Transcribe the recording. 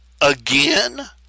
again